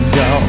go